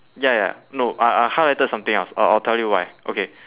ya ya no I I highlighted something else I'll I'll tell you why okay